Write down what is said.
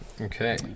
Okay